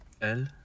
El